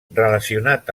relacionat